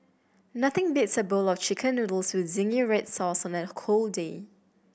nothing beats a bowl of Chicken Noodles with zingy red sauce on a cold day